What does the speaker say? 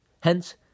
Hence